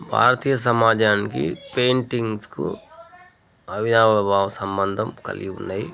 భారతీయ సమాజానికి పెయింటింగ్స్కు అవినావభావ సంబంధం కలిగి ఉన్నాయి